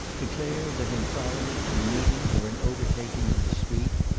declare that in following, in meeting, or in overtaking, in the street,